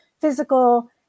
physical